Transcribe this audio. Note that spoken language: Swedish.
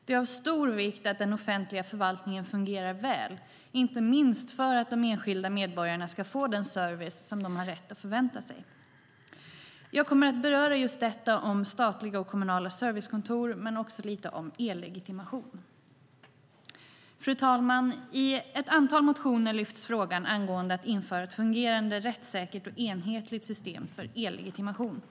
Det är av stor vikt att den offentliga förvaltningen fungerar väl, inte minst för att de enskilda medborgarna ska få den service som de har rätt att förvänta sig. Jag kommer att beröra frågan om statliga och kommunala servicekontor men också säga något om e-legitimation. Fru talman! I ett antal motioner lyfts frågan angående att införa ett fungerande, rättssäkert och enhetligt system för e-legitimation fram.